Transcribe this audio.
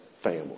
family